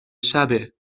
شبه